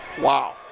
Wow